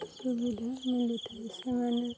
ସୁବିଧା ମିଳିୁଥାଏ ସେମାନେ